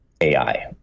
AI